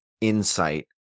insight